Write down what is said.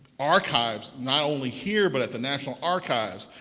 archives, not only here but at the national archives,